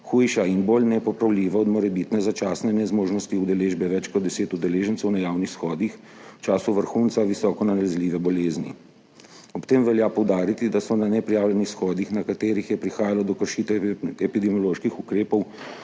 hujša in bolj nepopravljiva od morebitne začasne nezmožnosti udeležbe več kot 10 udeležencev na javnih shodih v času vrhunca visoko nalezljive bolezni. Ob tem velja poudariti, da so na neprijavljenih shodih, na katerih je prihajalo do kršitve epidemioloških ukrepov,